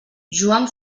joan